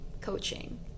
coaching